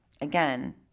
Again